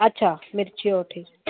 अछा मिर्ची जो ठीकु